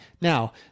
Now